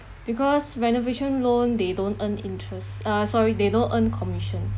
because renovation loan they don't earn interest uh sorry they don't earn commission